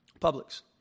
Publix